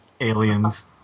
aliens